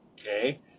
Okay